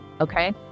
Okay